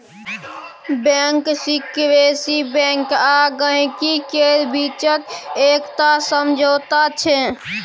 bank secrecy bank आ गांहिकी केर बीचक एकटा समझौता छै